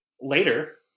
later